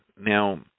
Now